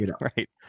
Right